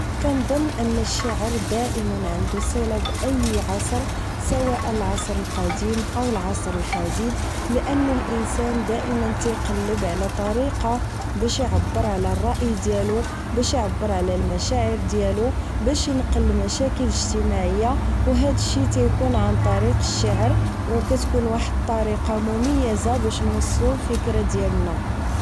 نا نظن أن الشعر دائما عنده صلب اي عصر سواء العصر القديم او العصر الحديث، لان الانسان دائما تيقلب على طريقه باش يعبر على الراي ديالو باش يعبر على المشاعر ديالو باش ينقل مشاكل اجتماعيه، وهادشي تيكون عن طريق الشعر وكتكون واحد الطريقه مميزه باش نوصلو لفكره ديالنا